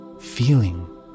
feeling